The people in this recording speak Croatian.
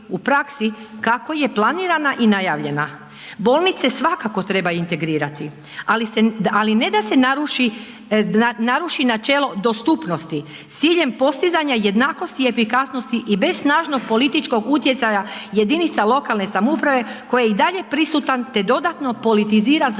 u praksi kako je planirana i najavljena. Bolnice svakako treba integrirati, ali ne da se naruši načelo dostupnosti s ciljem postizanja jednakosti i efikasnosti i bez snažnog političkog utjecaja jedinica lokalne samouprave koje i dalje prisutan te dodatno politizira zdravstveni